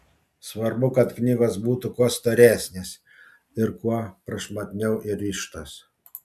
svarbu kad knygos būtų kuo storesnės ir kuo prašmatniau įrištos